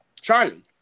Charlie